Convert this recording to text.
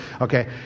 Okay